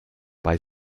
bei